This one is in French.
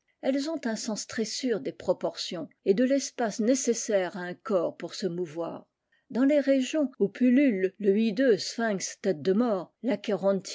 elles ont un sens très sûr des proportions et de l'espace nécessaire à un corps pour se mouvoir dans les régions où pullule le hideux